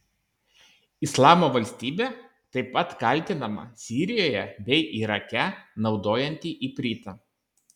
islamo valstybė taip pat kaltinama sirijoje bei irake naudojanti ipritą